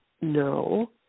No